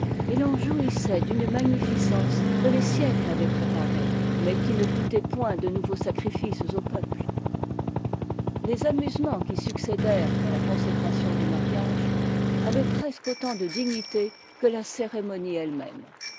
et l'on jouissait d'une magnificence que les siècles avaient préparée mais qui ne coûtait point de nouveaux sacricces au peuple les amusements qui succédèrent à la consécration du mariage avaient presque autant de dignité que la cérémonie ette même